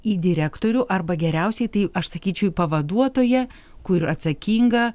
į direktorių arba geriausiai tai aš sakyčiau į pavaduotoją kur atsakinga